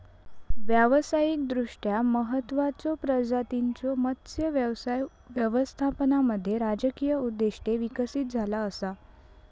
व्यावसायिकदृष्ट्या महत्त्वाचचो प्रजातींच्यो मत्स्य व्यवसाय व्यवस्थापनामध्ये राजकीय उद्दिष्टे विकसित झाला असा